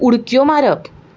उडक्यो मारप